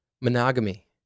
monogamy